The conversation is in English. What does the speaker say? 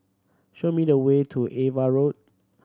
show me the way to Ava Road